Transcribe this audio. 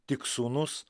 tik sūnus